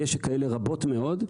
ויש כאלה רבות מאוד,